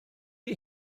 ydy